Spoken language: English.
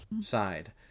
side